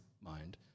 mind